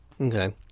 Okay